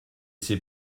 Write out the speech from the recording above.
c’est